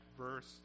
verse